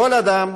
כל אדם,